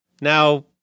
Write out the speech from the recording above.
Now